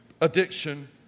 addiction